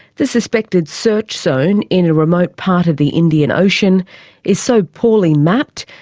the suspected search zone in a remote part of the indian ocean is so poorly mapped,